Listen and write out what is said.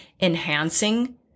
enhancing